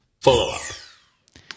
Follow-up